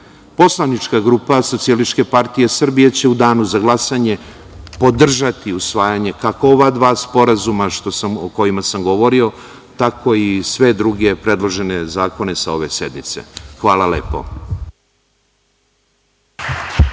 mira. Poslanička grupa SPS će u danu za glasanje podržati usvajanje, kako ova dva sporazuma o kojima sam govorio, tako i sve druge predložene zakone sa ove sednice. Hvala lepo.